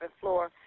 floor